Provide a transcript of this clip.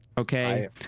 okay